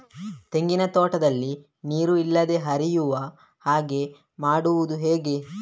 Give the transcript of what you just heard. ತೆಂಗಿನ ತೋಟದಲ್ಲಿ ನೀರು ನಿಲ್ಲದೆ ಹರಿಯುವ ಹಾಗೆ ಮಾಡುವುದು ಹೇಗೆ?